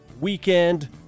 weekend